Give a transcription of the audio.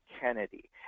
Kennedy